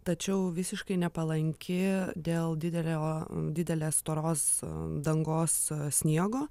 tačiau visiškai nepalanki dėl didelio didelės storos dangos sniego